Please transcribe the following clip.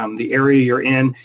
um the area you're in,